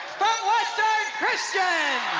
western christian.